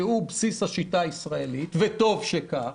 שהוא בסיס השיטה הישראלית וטוב שכך